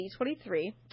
D23